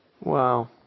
Wow